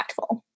impactful